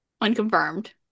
Unconfirmed